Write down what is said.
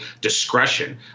discretion